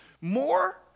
More